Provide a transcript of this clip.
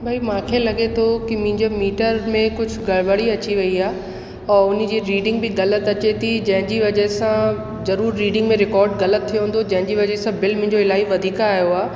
भई मूंखे लॻे थो कि मुंहिंजो मीटर में कुझु गड़बड़ी अची वई आहे और उन्हीअ जी रीडींग बि ग़लति अचे थी जंहिंजी वजह सां ज़रूरु रीडींग में रिकोड ग़लति थियो हूंदो जंहिंजी वजह सां बिल मुंहिंजो इलाही वधीक आयो आहे